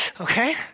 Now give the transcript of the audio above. okay